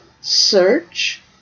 Search